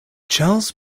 charles